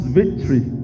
victory